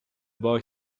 boy